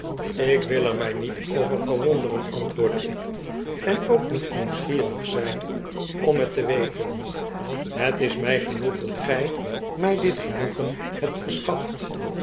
jk wil er my niet over verwonderen antwoordde ik en ook niet nieuwsgierig zyn om het te weten het is my genoeg dat gij my dit genoegen hebt verschaft